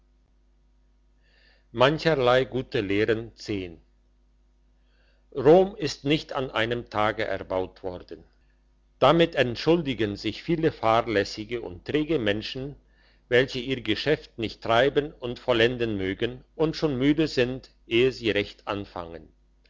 mancherlei gute lehren rom ist nicht in einem tage erbaut worden damit entschuldigen sich viele fahrlässige und träge menschen welche ihr geschäft nicht treiben und vollenden mögen und schon müde sind ehe sie recht anfangen